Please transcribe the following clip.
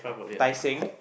Tai-Seng